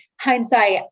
hindsight